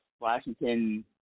Washington